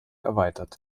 erweitert